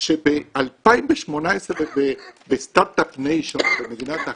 שב-2018 ובסטרטאפ ניישן, במדינת ההייטק,